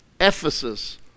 Ephesus